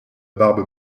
barbe